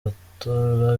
gutora